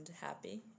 happy